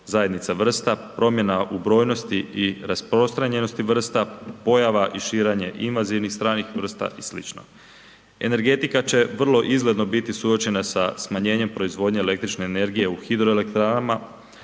zajednica vrsta, promjena u brojnosti i rasprostranjenosti vrsta, pojava i širenje invanzivnih stranih vrsta i slično. Energetika će vrlo izgledno biti suočena sa smanjenjem proizvodnje električne energije u hidroelektranama